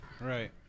Right